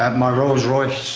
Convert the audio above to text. um my rolls roycle